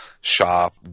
shop